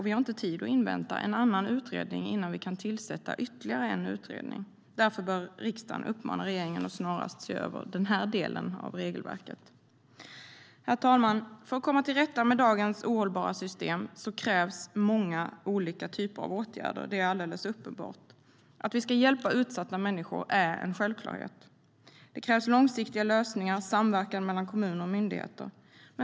Vi har inte tid att invänta en annan utredning innan vi kan tillsätta ytterligare en utredning. Därför bör riksdagen uppmana regeringen att snarast se över denna del av regelverket. Herr talman! För att komma till rätta med dagens ohållbara system krävs många olika typer av åtgärder. Det är uppenbart. Att vi ska hjälpa utsatta människor är en självklarhet. Det krävs långsiktiga lösningar och samverkan mellan kommuner och myndigheter.